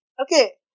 Okay